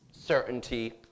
certainty